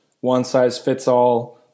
one-size-fits-all